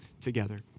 together